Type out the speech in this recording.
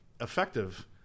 effective